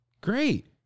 Great